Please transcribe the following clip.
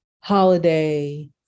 holiday